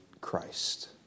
Christ